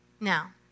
Now